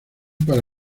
para